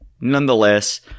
Nonetheless